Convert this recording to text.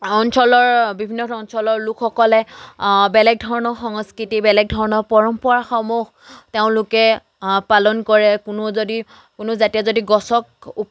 অঞ্চলৰ বিভিন্ন ধৰণৰ অঞ্চলৰ লোকসকলে বেলেগ ধৰণৰ সংস্কৃতি বেলেগ ধৰণৰ পৰম্পৰাসমূহ তেওঁলোকে পালন কৰে কোনো যদি কোনো জাতিয়ে যদি গছক